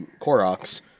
Koroks